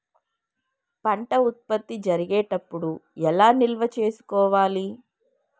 పంట ఉత్పత్తి జరిగేటప్పుడు ఎలా నిల్వ చేసుకోవాలి?